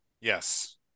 Yes